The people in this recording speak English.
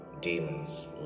demons